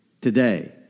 today